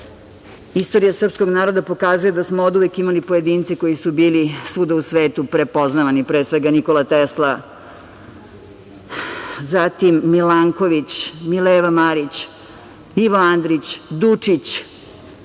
društva. Istorija srpskog naroda pokazuje da smo oduvek imali pojedince koji su bili svuda u svetu prepoznavani, pre svega Nikola Tesla, zatim Milanković, Mileva Marić, Ivo Andrić, Dučić,